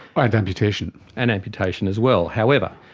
ah and amputation. and amputation as well. however,